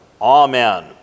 Amen